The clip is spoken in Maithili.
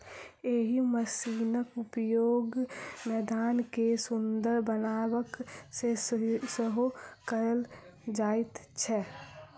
एहि मशीनक उपयोग मैदान के सुंदर बनयबा मे सेहो कयल जाइत छै